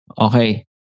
Okay